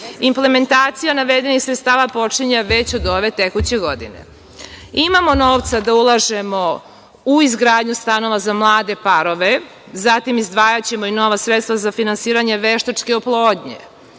Implementacija navedenih sredstava počinje već od ove tekuće godine. imamo novca da ulažemo u izgradnju stanova za mlade parove, zatim izdvajaćemo i nova sredstva za finansiranje veštačke oplodnje.